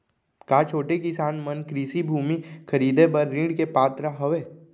का छोटे किसान मन कृषि भूमि खरीदे बर ऋण के पात्र हवे?